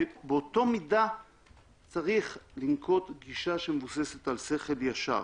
באותה מידה צריך לנקוט גישה שמבוססת על שכל ישר.